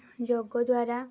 ଯୋଗ ଦ୍ୱାରା